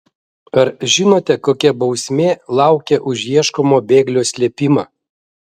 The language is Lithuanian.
ar žinote kokia bausmė laukia už ieškomo bėglio slėpimą